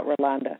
Rolanda